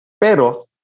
Pero